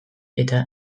eta